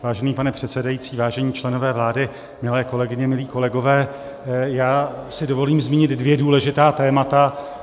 Vážený pane předsedající, vážení členové vlády, milé kolegyně, milí kolegové, já si dovolím zmínit dvě důležitá témata.